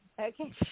Okay